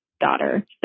daughter